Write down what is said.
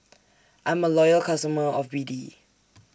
I'm A Loyal customer of B D